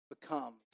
becomes